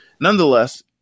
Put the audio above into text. nonetheless